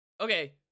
Okay